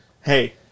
Hey